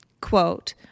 quote